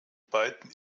beiden